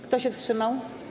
Kto się wstrzymał?